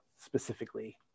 specifically